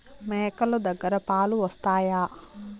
మేక లు దగ్గర పాలు వస్తాయా?